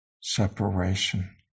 separation